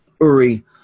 Uri